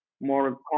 more